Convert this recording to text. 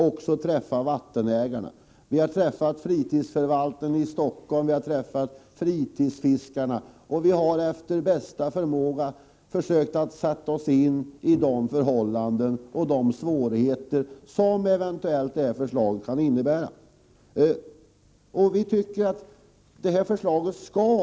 Vi har träffat representanter för fritidsförvaltningen i Stockholm och för fritidsfiskarna, och vi har efter bästa förmåga försökt att sätta oss in i förhållandena och de svårigheter som ett genomförande av det här förslaget eventuellt kan innebära.